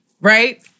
Right